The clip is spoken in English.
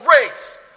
race